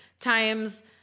times